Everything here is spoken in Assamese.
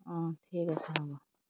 অঁ ঠিক আছে হ'ব